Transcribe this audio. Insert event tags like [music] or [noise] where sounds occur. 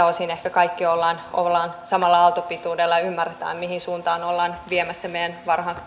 [unintelligible] osin ehkä kaikki olemme samalla aaltopituudella ja ymmärrämme mihin suuntaan ollaan viemässä meidän